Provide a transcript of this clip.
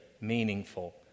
meaningful